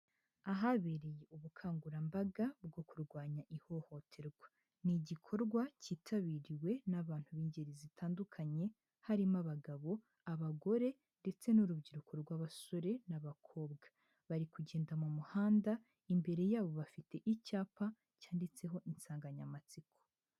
Ahabereye ubukangurambaga bwo kurwanya ihohoterwa ni igikorwa cyitabiriwe n'abantu b'ingeri zitandukanye. Harimo abagabo, abagore ndetse n'urubyiruko rw'abasore n'abakobwa, bari kugenda mu muhanda imbere yabo bafite icyapa cyanditseho insanganyamatsiko.